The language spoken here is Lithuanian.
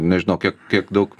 nežinau kiek kiek daug